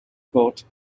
boat